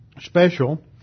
special